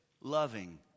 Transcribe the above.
loving